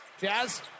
Jazz